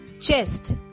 Chest